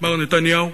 מר נתניהו?